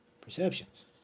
perceptions